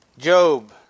Job